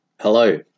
Hello